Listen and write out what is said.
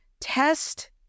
test